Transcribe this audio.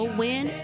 win